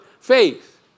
faith